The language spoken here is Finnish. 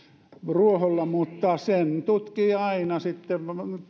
ruoholla mutta sen tutkii aina sitten